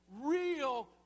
Real